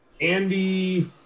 Andy